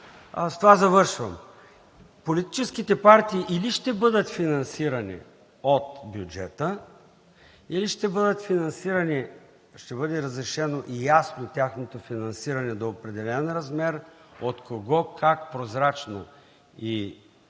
с това завършвам – политическите партии или ще бъдат финансирани от бюджета, или ще бъде разрешено ясно тяхното финансиране до определен размер, от кого, как, прозрачно и